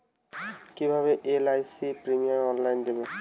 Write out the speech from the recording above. কিভাবে LIC premium অনলাইনে দেবো?